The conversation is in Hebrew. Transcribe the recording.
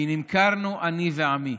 כי נמכרנו אני ועמי,